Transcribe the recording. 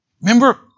Remember